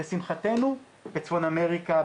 לשמחתנו בצפון אמריקה,